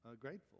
grateful